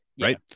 right